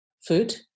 food